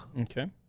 Okay